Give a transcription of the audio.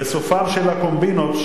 וסופן של הקומבינות,